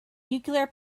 nuclear